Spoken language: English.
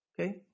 Okay